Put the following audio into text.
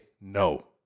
no